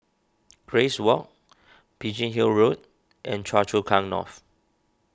Grace Walk Biggin Hill Road and Choa Chu Kang North